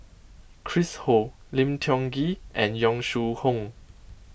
Chris Ho Lim Tiong Ghee and Yong Shu Hoong